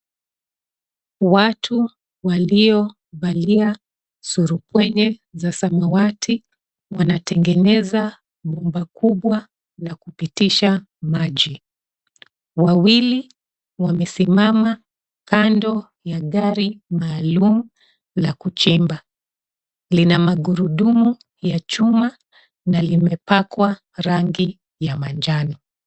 Watu waliovalia surupwenye za samawati wanatengeneza bomba kubwa la kupitisha maji. Wawili wamesimama kando ya gari maalum la kuchimba. Lina magurudumu ya chuma na limepakwa rangi ya manjano.